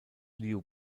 liu